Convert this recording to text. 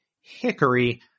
Hickory